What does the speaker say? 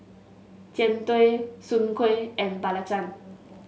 Jian Dui Soon Kuih and belacan